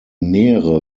meere